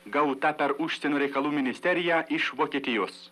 gauta per užsienio reikalų ministeriją iš vokietijos